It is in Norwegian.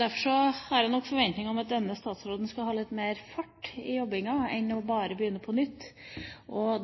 Derfor har jeg nok forventning om at denne statsråden skal ha litt mer fart i jobbinga enn bare å begynne på nytt.